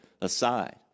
aside